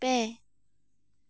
ᱯᱮ